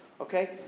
Okay